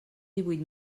díhuit